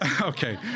Okay